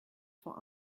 for